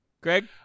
Greg